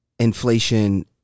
inflation